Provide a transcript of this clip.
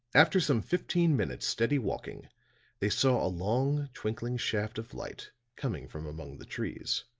after some fifteen minutes' steady walking they saw a long twinkling shaft of light coming from among the trees.